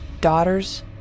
daughters